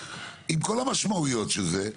עם כל המשמעויות של זה.